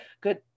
good